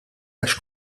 għax